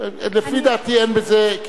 לפי דעתי אין בזה,